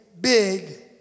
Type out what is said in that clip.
big